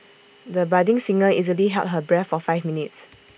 the budding singer easily held her breath for five minutes